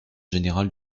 générale